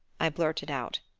i blurted out.